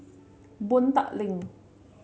Boon Tat Link